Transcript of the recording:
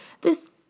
This